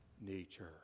nature